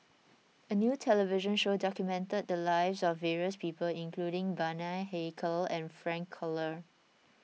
a new television show documented the lives of various people including Bani Haykal and Frank Cloutier